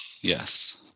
Yes